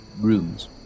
rooms